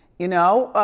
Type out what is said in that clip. you know.